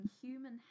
human